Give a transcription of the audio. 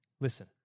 Listen